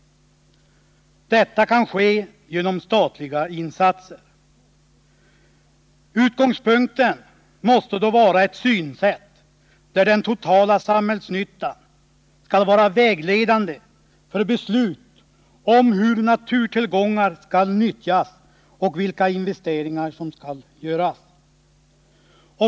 Det kan ske genom statliga insatser. Utgångspunkten måste då vara att den totala samhällsnyttan skall vara vägledande för beslut om hur naturtillgångar skall nyttjas och vilka investeringar som skall göras.